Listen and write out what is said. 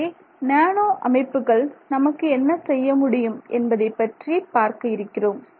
இங்கே நேனோ அமைப்புகள் நமக்கு என்ன செய்ய முடியும் என்பதைப்பற்றி பார்க்க இருக்கிறோம்